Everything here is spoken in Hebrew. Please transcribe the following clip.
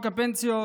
הפנסיות,